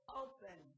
open